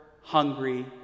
hungry